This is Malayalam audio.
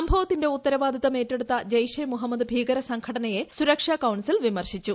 സംഭവത്തിന്റെ ഉത്തരവാദിത്തം ഏറ്റെടുത്ത ജെയ്ഷെ മുഹമ്മദ് ഭീകരസംഘടനയെ സുരക്ഷാ കൌൺസിൽ വിമർശിച്ചു